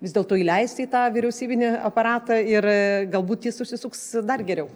vis dėlto įleisti į tą vyriausybinį aparatą ir galbūt jis užsisuks dar geriau